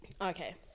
Okay